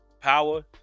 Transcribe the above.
power